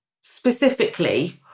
specifically